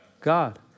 God